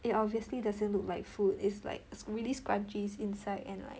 it obviously doesn't look like food is like really scrunchies inside and like